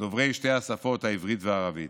דוברי שתי השפות, העברית והערבית.